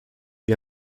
wie